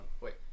wait